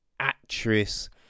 Actress